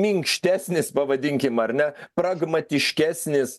minkštesnis pavadinkim ar ne pragmatiškesnis